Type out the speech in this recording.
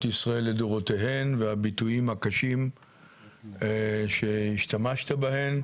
ישראל לדורותיהם והביטויים הקשים שהשתמשת בהם.